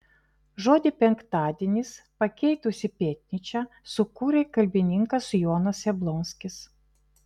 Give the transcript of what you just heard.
žodį penktadienis pakeitusį pėtnyčią sukūrė kalbininkas jonas jablonskis